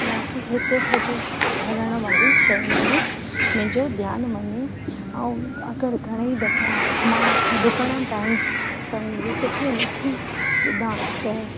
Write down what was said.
न कि हिते हुते हलण वारियूं शयुनि में मुंहिंजो ध्यानु वञे ऐं अगरि घणेई दफ़ा मां डुकण टाइम संगीत खे नथी ॿुधां त